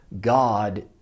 God